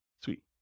Sweet